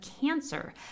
cancer